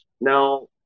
Now